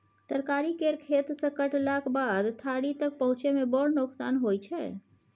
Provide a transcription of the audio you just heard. तरकारी केर खेत सँ कटलाक बाद थारी तक पहुँचै मे बड़ नोकसान होइ छै